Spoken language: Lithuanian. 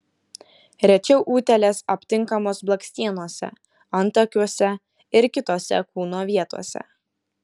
rečiau utėlės aptinkamos blakstienose antakiuose ir kitose kūno vietose